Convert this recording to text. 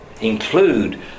include